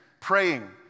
praying